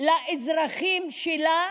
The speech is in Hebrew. לאזרחים שלה,